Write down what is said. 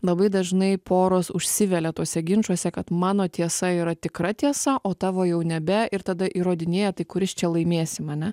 labai dažnai poros užsivelia tuose ginčuose kad mano tiesa yra tikra tiesa o tavo jau nebe ir tada įrodinėja tai kuris čia laimėsim ane